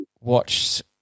watch